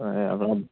হয়